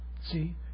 See